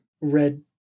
Red